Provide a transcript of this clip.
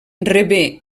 rebé